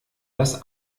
das